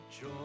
joy